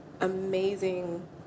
amazing